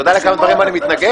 אתה יודע לכמה דברים אני מתנגד?